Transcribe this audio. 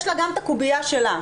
יש לה גם את הקובייה שלה.